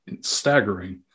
staggering